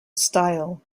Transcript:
style